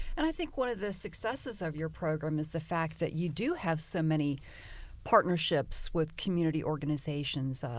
and i think one of the successes of your program is the fact that you do have so many partnerships with community organizations,